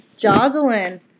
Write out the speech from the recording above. Jocelyn